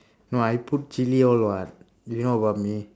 no I put chilli all what you know about me